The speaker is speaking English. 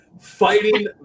Fighting